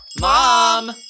Mom